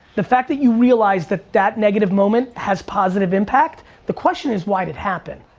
the fact that you realize that that negative moment has positive impact, the question is why'd it happen.